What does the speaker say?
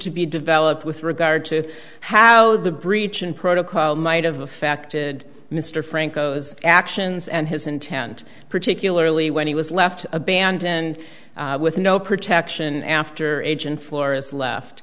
to be developed with regard to how the breach in protocol might have affected mr franco's actions and his intent particularly when he was left abandoned with no protection after agent florists left